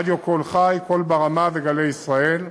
רדיו "קול חי", "קול ברמה" ו"גלי ישראל";